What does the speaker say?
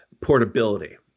portability